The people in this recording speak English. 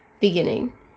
beginning